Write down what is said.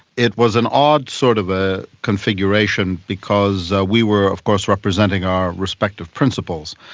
it was an odd sort of ah configuration because we were of course representing our respective principles,